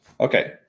Okay